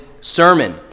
sermon